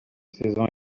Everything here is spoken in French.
saison